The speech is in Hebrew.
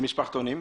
ומשפחתונים?